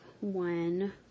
one